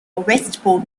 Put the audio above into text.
westport